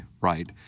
right